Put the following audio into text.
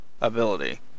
ability